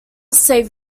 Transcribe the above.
save